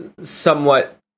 somewhat